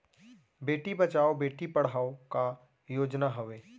बेटी बचाओ बेटी पढ़ाओ का योजना हवे?